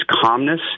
calmness